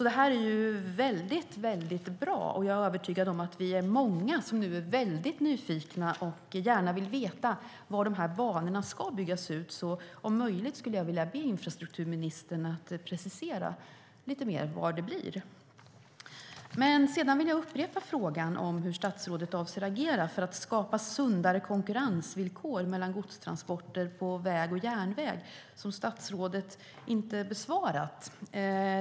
Det här är väldigt bra. Jag är övertygad om att vi är många som är nyfikna och gärna vill veta var banorna ska byggas ut, så jag skulle vilja be infrastrukturministern att om möjligt precisera var det blir. Sedan vill jag upprepa frågan hur statsrådet avser att agera för att skapa sundare konkurrensvillkor mellan godstransporter på väg och järnväg som statsrådet inte besvarat.